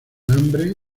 hambre